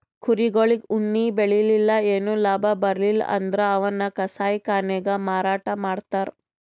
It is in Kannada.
ಕುರಿಗೊಳಿಗ್ ಉಣ್ಣಿ ಬೆಳಿಲಿಲ್ಲ್ ಏನು ಲಾಭ ಬರ್ಲಿಲ್ಲ್ ಅಂದ್ರ ಅವನ್ನ್ ಕಸಾಯಿಖಾನೆಗ್ ಮಾರಾಟ್ ಮಾಡ್ತರ್